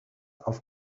auf